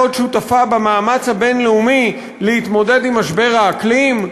שותפה במאמץ הבין-לאומי להתמודד עם משבר האקלים?